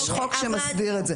יש חוק שמסדיר את זה.